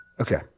Okay